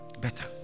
better